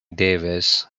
davis